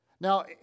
Now